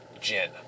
gin